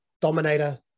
Dominator